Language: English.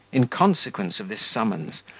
in consequence of this summons,